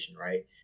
right